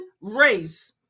race